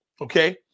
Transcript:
Okay